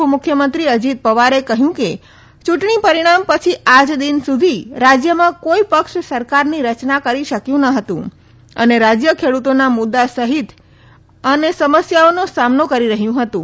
ઉપમુખ્યમંત્રી અજીત પવારે કહયું કે ચુંટણી પરીણામ પછી આજદિન સુધી રાજયમાં કોઇ પક્ષ સરકારની રચના કરી શકયું ન હતું અને રાજય ખેડુતોના મુદ્દા સહિત અને સમસ્યાઓનો સામનો કરી રહયું હતું